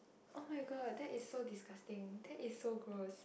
oh-my-god that is so disgusting that is so gross